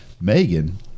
Megan